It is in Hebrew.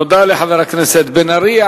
תודה לחבר הכנסת בן-ארי.